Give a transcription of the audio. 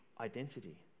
identity